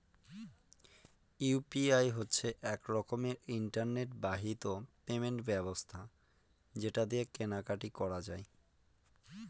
UPI হচ্ছে এক রকমের ইন্টারনেট বাহিত পেমেন্ট ব্যবস্থা যেটা দিয়ে কেনা কাটি করা যায়